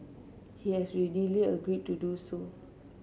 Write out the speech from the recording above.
he has readily agreed to do so